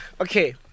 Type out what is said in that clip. okay